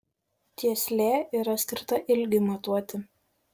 tieslė yra skirta ilgiui matuoti